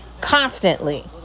constantly